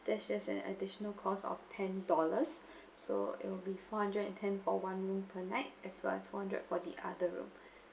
there's just an additional cost of ten dollars so it'll be four hundred and ten for one room per night as well as four hundred for the other room